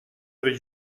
avec